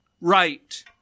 Right